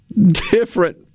different